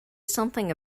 something